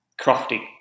Crofty